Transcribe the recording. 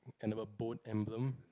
and have a boat emblem